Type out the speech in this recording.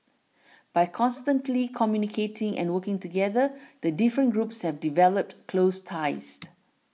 by constantly communicating and working together the different groups have developed close ties